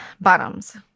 bottoms